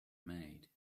made